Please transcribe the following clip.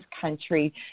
country